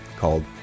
called